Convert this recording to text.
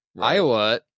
Iowa